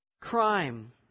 crime